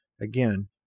Again